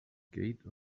gate